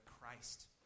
Christ